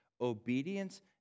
obedience